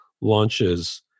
launches